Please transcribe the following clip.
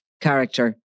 character